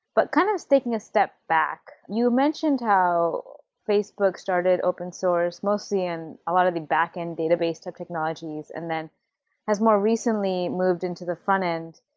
but kind of taking a step back, you mentioned how facebook started open-source mostly in a lot of the backend database technologies and then has more recently, moved into the frontend.